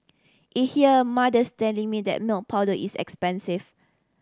it hear mothers telling me that milk powder is expensive